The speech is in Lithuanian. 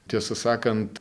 tiesą sakant